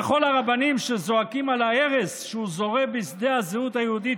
וכל הרבנים שזועקים על ההרס שהוא זורע בשדה הזהות היהודית